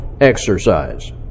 exercise